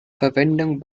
verwendung